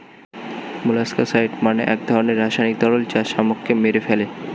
molluscicide মানে এক ধরনের রাসায়নিক তরল যা শামুককে মেরে ফেলে